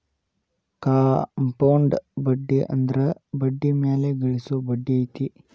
compound ಬಡ್ಡಿ ಅಂದ್ರ ಬಡ್ಡಿ ಮ್ಯಾಲೆ ಗಳಿಸೊ ಬಡ್ಡಿ ಐತಿ